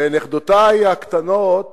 ונכדותי הקטנות